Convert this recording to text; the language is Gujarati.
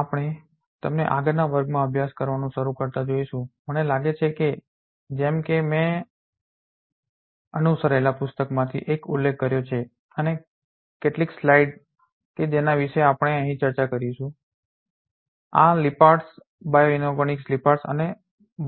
આપણે તમને આગળના વર્ગમાં અભ્યાસ કરવાનું શરૂ કરતાં જોઈશું મને લાગે છે કે જેમ કે મેં અનુસરેલા પુસ્તકમાંથી એકનો ઉલ્લેખ કર્યો છે અને કેટલીક સ્લાઇડ્સ કે જેના વિશે આપણે અહીં ચર્ચા કરીશું તે આ લિપ્પાર્ડ્સ બાયોઇનોર્ગેનિક લિપ્પાર્ડ્સ અને